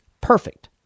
perfect